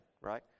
right